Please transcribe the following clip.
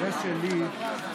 חבר הכנסת אייכלר,